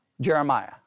jeremiah